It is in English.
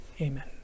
Amen